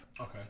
okay